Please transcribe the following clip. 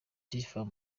tiffany